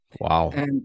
Wow